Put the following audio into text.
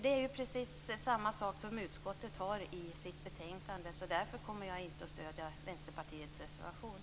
Det är precis samma sak som utskottet har i sitt betänkande, därför kommer jag inte att stödja Vänsterpartiets reservation.